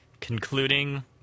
concluding